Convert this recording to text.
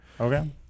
Okay